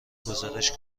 گزارش